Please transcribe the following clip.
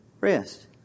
rest